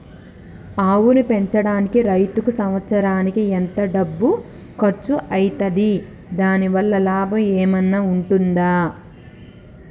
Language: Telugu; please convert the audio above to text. ఆవును పెంచడానికి రైతుకు సంవత్సరానికి ఎంత డబ్బు ఖర్చు అయితది? దాని వల్ల లాభం ఏమన్నా ఉంటుందా?